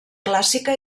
clàssica